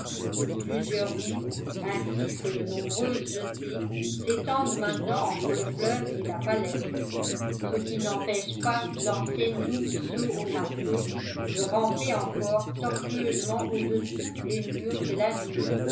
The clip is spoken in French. et plusieurs rues ainsi que de nombreuses jetées s'étendent maintenant entre le fleuve et la falaise ce qui n'empêche pas l'ancienne rue saut au matelot de ramper encore tortueusement au-dessous des murs de la ville